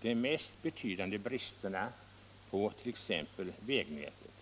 de mest betydande bristerna, t.ex. på vägnätet.